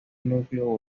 núcleo